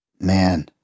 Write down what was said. Man